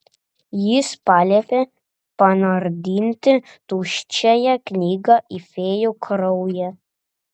jis paliepė panardinti tuščiąją knygą į fėjų kraują